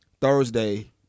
Thursday